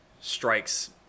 strikes